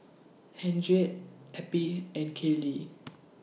Henriette Eppie and Caylee